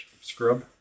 scrub